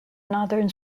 northern